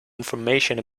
information